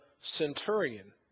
centurion